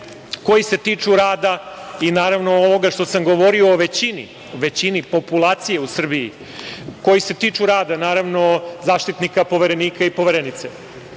koji se tiču rada i naravno ovoga što sam govorio o većini, većini populacije u Srbiji, koji se tiču rada Zaštitnika, Poverenika i Poverenice,